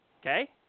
Okay